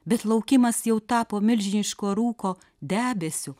bet laukimas jau tapo milžiniško rūko debesiu